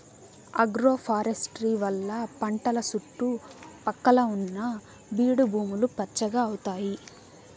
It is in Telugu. ఆగ్రోఫారెస్ట్రీ వల్ల పంటల సుట్టు పక్కల ఉన్న బీడు భూములు పచ్చగా అయితాయి